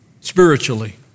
Spiritually